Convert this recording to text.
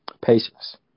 Patience